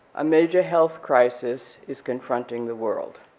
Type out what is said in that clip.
a major health crisis is confronting the world.